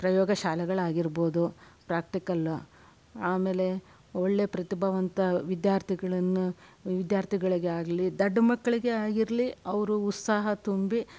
ಪ್ರಯೋಗ ಶಾಲೆಗಳಾಗಿರ್ಬೋದು ಪ್ರಾಕ್ಟಿಕಲ್ ಆಮೇಲೆ ಒಳ್ಳೆಯ ಪ್ರತಿಭಾವಂತ ವಿದ್ಯಾರ್ಥಿಗಳನ್ನು ವಿದ್ಯಾರ್ಥಿಗಳಿಗೆ ಆಗಲಿ ದಡ್ಡ ಮಕ್ಕಳಿಗೆ ಆಗಿರ್ಲಿ ಅವರು ಉತ್ಸಾಹ ತುಂಬಿ